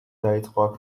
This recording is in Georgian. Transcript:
დაიწყო